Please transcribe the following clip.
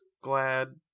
glad